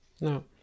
No